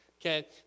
Okay